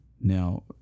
Now